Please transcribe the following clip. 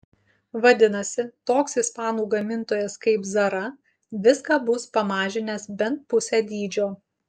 vadinasi toks ispanų gamintojas kaip zara viską bus pamažinęs bent pusę dydžio